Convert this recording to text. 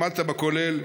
למדת בכולל.